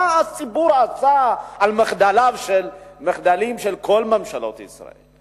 מה הציבור עשה עם המחדלים של כל ממשלות ישראל?